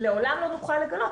לעולם לא נוכל לגלות.